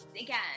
again